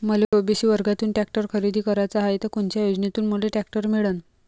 मले ओ.बी.सी वर्गातून टॅक्टर खरेदी कराचा हाये त कोनच्या योजनेतून मले टॅक्टर मिळन?